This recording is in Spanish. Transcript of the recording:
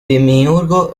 demiurgo